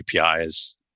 APIs